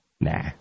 Nah